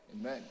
Amen